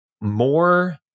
more